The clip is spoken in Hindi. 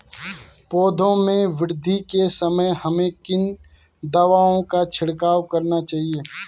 पौधों में वृद्धि के समय हमें किन दावों का छिड़काव करना चाहिए?